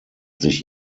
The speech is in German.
sich